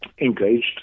Engaged